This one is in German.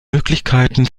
möglichkeiten